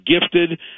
gifted